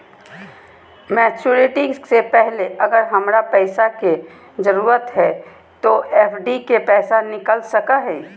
Maturity से पहले अगर हमरा पैसा के जरूरत है तो एफडी के पैसा निकल सको है?